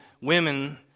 women